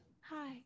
hi